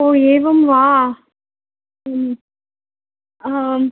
ओ एवं वा आम्